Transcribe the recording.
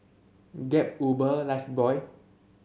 Gap Uber Lifebuoy